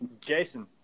Jason